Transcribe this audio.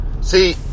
see